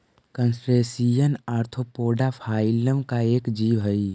crustacean arthropoda phylum का एक जीव हई